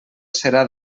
serà